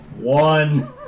One